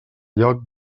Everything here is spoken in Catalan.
lloc